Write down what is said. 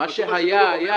מה שהיה היה.